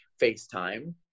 FaceTime